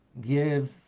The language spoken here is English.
give